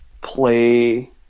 play